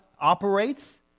operates